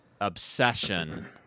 obsession